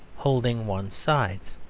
holding one's sides.